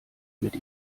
mit